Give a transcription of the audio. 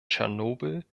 tschernobyl